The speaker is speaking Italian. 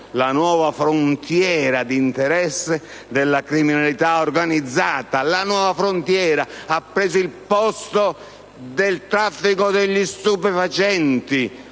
La nuova frontiera d'interesse della criminalità organizzata ha preso il posto del traffico degli stupefacenti,